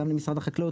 גם למשרד החקלאות,